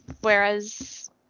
Whereas